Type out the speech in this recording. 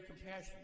compassion